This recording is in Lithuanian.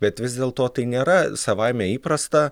bet vis dėl to tai nėra savaime įprasta